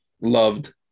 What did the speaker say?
loved